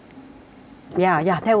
ya ya that will be great